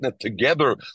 together